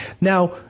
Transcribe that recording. Now